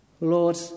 Lord